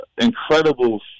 incredible